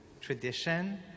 tradition